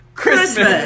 Christmas